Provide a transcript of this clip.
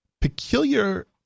peculiar